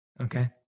Okay